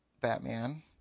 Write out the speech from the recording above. batman